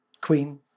Queen